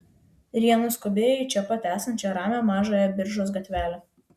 ir jie nuskubėjo į čia pat esančią ramią mažąją biržos gatvelę